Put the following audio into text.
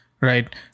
Right